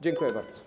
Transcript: Dziękuję bardzo.